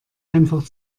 einfach